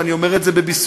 ואני אומר את זה בביסוס,